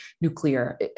nuclear